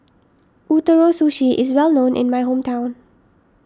Ootoro Sushi is well known in my hometown